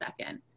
second